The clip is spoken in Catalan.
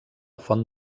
font